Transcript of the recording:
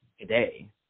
today